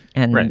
and then.